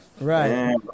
Right